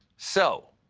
so,